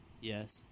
Yes